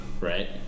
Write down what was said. right